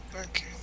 okay